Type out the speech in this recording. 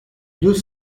deux